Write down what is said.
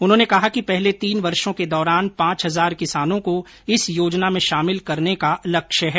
उन्होंने कहा कि पहले तीन वर्षो के दौरान पांच हजार किसानों को इस योजना में शामिल करने का लक्ष्य है